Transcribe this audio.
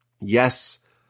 Yes